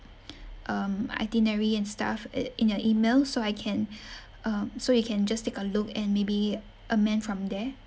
um itinerary and stuff uh in your email so I can um so you can just take a look and maybe amend from there